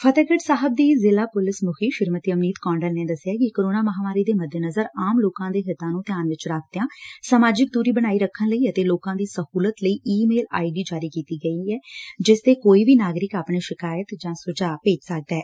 ਫਤਹਿਗੜ ਸਾਹਿਬ ਦੀ ਜ਼ਿਲ੍ਹਾ ਪੁਲਿਸ ਮੁਖੀ ਸ਼੍ਰੀਮਤੀ ਅਮਨੀਤ ਕੌਂਡਲ ਨੇ ਦੱਸਿਆ ਕਿ ਕੋਰੋਨਾ ਮਹਾਂਮਾਰੀ ਦੇ ਮੱਦੇ ਨਜ਼ਰ ਆਮ ਲੋਕਾਂ ਦੇ ਹਿੱਤਾਂ ੱਨੰ ਧਿਆਨ ਵਿੱਚ ਰੱਖਦੇ ਹੋਏ ਸਮਾਜਿਕ ਦੂਰੀ ਬਣਾਈ ਰੱਖਣ ਲਈ ਅਤੇ ਲੋਕਾਂ ਦੀ ਸਹੂਲਤ ਲਈ ਈ ਮੇਲ ਆਈਡੀ ਜਾਰੀ ਕੀਤੇ ਗਏ ਨੇ ਜਿਨਾਂ ਤੇ ਕੋਈ ਵੀ ਨਾਗਰਿਕ ਆਪਣੀ ਸ਼ਿਕਾਇਤ ਜਾਂ ਸੁਝਾਅ ਭੇਜ ਸਕੱਦੈ